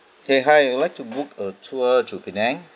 !hey! hi I would like to book a tour to penang